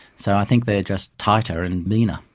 so i think they are just tighter and meaner.